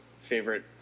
favorite